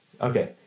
Okay